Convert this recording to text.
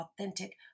authentic